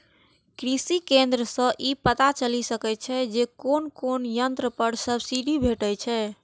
कृषि केंद्र सं ई पता चलि सकै छै जे कोन कोन यंत्र पर सब्सिडी भेटै छै